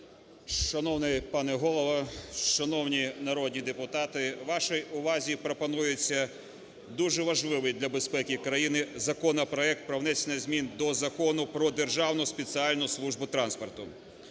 Шановний пане Голово! Шановні народні депутати! Вашій увазі пропонується дуже важливий для безпеки країни законопроект: про внесення змін до Закону про Державну спеціальну службу транспорту.